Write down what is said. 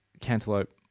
cantaloupe